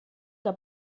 que